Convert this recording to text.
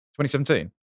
2017